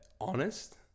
honest